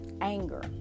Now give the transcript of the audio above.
anger